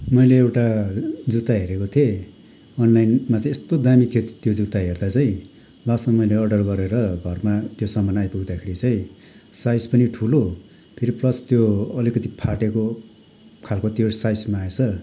मैले एउटा जुत्ता हेरेको थिएँ अनलाइनमा चाहिँ यस्तो दामी थियो त्यो जुत्ता हेर्दा चाहिँ लास्टमा मैले अर्डर गरेर घरमा त्यो सामान आइपुग्दाखेरि चाहिँ साइज पनि ठुलो फेरि प्लस त्यो अलिकति फाटेको खालको त्यो साइजमा आएछ